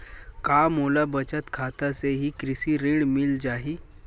का मोला बचत खाता से ही कृषि ऋण मिल जाहि?